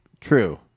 true